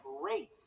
race